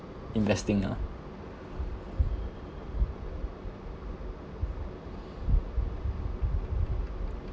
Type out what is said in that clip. investing ah